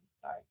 Sorry